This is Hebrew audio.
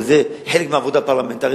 וזה חלק מהעבודה הפרלמנטרית,